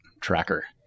tracker